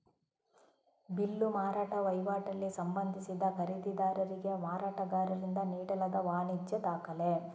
bill ಮಾರಾಟ ವೈವಾಟಲ್ಲಿ ಸಂಬಂಧಿಸಿದ ಖರೀದಿದಾರರಿಗೆ ಮಾರಾಟಗಾರರಿಂದ ನೀಡಲಾದ ವಾಣಿಜ್ಯ ದಾಖಲೆ